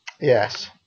yes